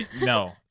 No